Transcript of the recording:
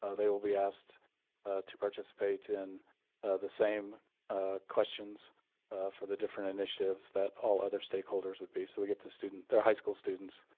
ah they will be asked to participate in the same questions for the different initiatives that all other stakeholders would be. so we get the student they're high school students,